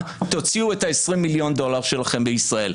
תוציאו את ה-20 מיליון דולר שלכם בישראל.